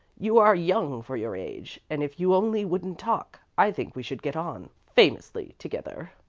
you are young for your age, and if you only wouldn't talk, i think we should get on famously together.